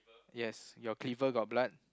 yes your clever got blood